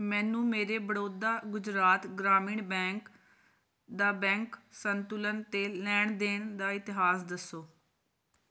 ਮੈਨੂੰ ਮੇਰੇ ਬੜੌਦਾ ਗੁਜਰਾਤ ਗ੍ਰਾਮੀਣ ਬੈਂਕ ਦਾ ਬੈਂਕ ਸੰਤੁਲਨ ਅਤੇ ਲੈਣ ਦੇਣ ਦਾ ਇਤਿਹਾਸ ਦੱਸੋ